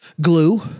Glue